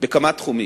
בכמה תחומים.